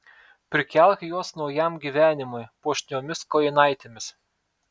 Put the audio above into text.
prikelk juos naujam gyvenimui puošniomis kojinaitėmis